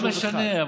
לא משנה.